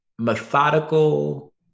methodical